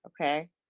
okay